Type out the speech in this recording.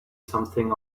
something